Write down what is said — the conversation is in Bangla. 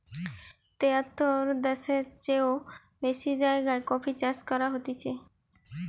তেয়াত্তর দ্যাশের চেও বেশি জাগায় কফি চাষ করা হতিছে